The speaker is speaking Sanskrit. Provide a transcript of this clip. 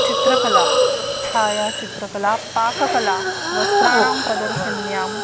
चित्रकला छायाचित्रकला पाककला वस्त्राणां प्रदर्शिन्यां